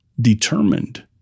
determined